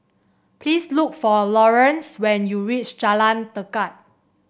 please look for Lawerence when you reach Jalan Tekad